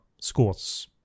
scores